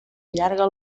allarga